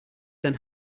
than